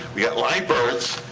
we got live births,